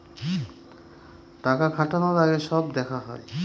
টাকা খাটানোর আগে সব দেখা হয়